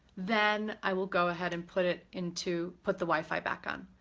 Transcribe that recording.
then i will go ahead and put it into, put the wi-fi back on.